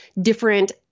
different